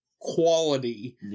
quality